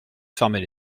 fermer